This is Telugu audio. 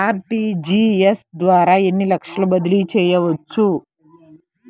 అర్.టీ.జీ.ఎస్ ద్వారా ఎన్ని లక్షలు బదిలీ చేయవచ్చు?